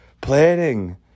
planning